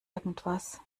irgendwas